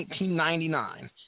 1999